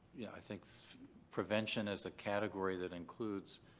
you know, i think prevention as a category that includes